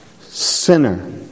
Sinner